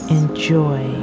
enjoy